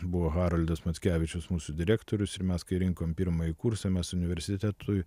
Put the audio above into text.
buvo haroldas mackevičius mūsų direktorius ir mes kai rinkom pirmąjį kursą mes universitetui